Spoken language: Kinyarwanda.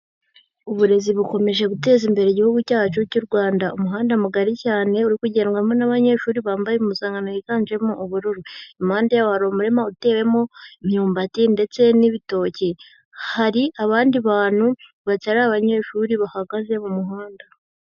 Uburezi bukomeje guteza imbere igihugu cyacu cy'u Rwanda. Umuhanda mugari cyane uri kugendwamo n'abanyeshuri bambaye impuzankano yiganjemo ubururu, impande y'aho hari umurima utewemo imyumbati ndetse n'ibitoki. Hari abandi bantu batari abanyeshuri bahagaze mu muhanda.